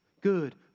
good